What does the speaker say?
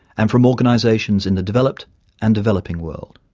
and from organizations in the developed and developing world.